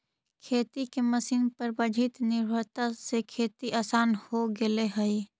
खेती के मशीन पर बढ़ीत निर्भरता से खेती आसान हो गेले हई